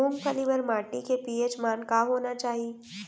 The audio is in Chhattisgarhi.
मूंगफली बर माटी के पी.एच मान का होना चाही?